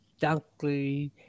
Dunkley